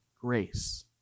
grace